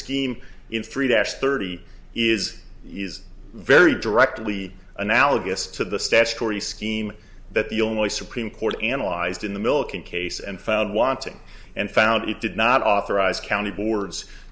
scheme in three dash thirty is very directly analogous to the statutory scheme that the only supreme court analyzed in the millikan case and found wanting and found it did not authorize county boards